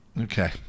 Okay